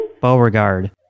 Beauregard